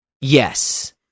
Yes